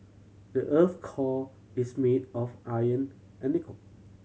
the earth's core is made of iron and nickel